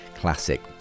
classic